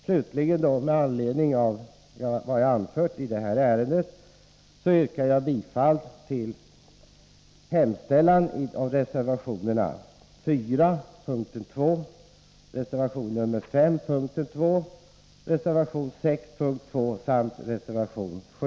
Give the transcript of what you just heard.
Slutligen yrkar jag, med anledning av vad jag anfört i detta ärende, bifall till reservationerna 4, 5, 6 och 7.